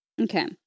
Okay